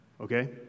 okay